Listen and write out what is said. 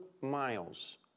miles